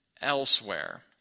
elsewhere